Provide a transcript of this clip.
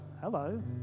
hello